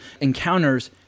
encounters